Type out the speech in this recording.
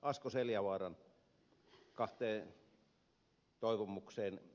asko seljavaaran kahteen toivomukseen